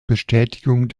bestätigung